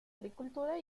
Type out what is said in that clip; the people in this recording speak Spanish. agricultura